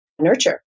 nurture